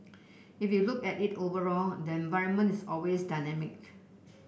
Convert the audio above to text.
if you look at it overall then environment is always dynamic